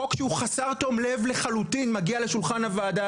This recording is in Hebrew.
חוק שהוא חסר תום לב לחלוטין מגיע לשולחן הוועדה.